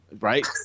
Right